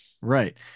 Right